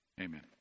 amen